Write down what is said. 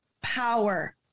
power